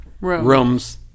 rooms